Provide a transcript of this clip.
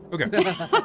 Okay